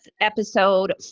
episode